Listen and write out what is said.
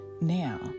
Now